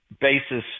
basis